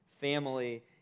family